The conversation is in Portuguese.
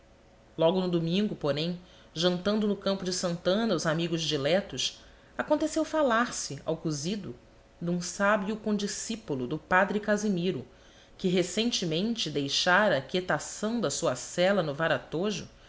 logo no domingo porém jantando no campo de santana os amigos diletos aconteceu falar-se ao cozido de um sábio condiscípulo do padre casimiro que recentemente deixara a quietação da sua cela no